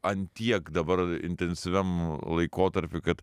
an tiek dabar intensyviam laikotarpy kad